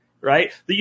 Right